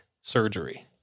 surgery